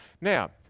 now